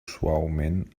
suaument